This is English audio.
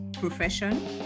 profession